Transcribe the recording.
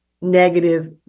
negative